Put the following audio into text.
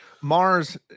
mars